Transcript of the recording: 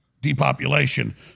depopulation